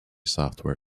software